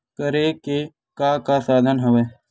करे के का का साधन हवय?